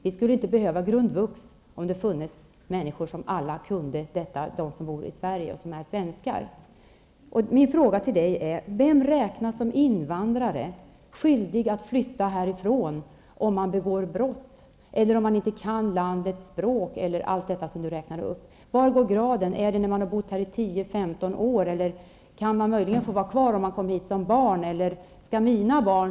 Vi skulle ju inte behöva grundvux om alla som bor i Sverige, som är svenskar, kunde allt detta. Min fråga till Lars Moquist blir: Vem räknas som invandrare skyldig att flytta härifrån om vederbörande begår brott eller inte kan landets språk och allt det som räknats upp här? Var går gränsen? Handlar det om att man skall ha bott här i tio eller femton år? Och är det möjligt att få vara kvar här om man kommit hit redan när man var ett barn?